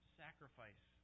sacrifice